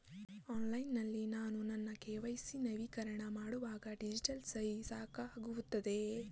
Online ನಲ್ಲಿ ನಾನು ನನ್ನ ಕೆ.ವೈ.ಸಿ ನವೀಕರಣ ಮಾಡುವಾಗ ಡಿಜಿಟಲ್ ಸಹಿ ಸಾಕಾಗುತ್ತದೆಯೇ?